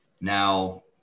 Now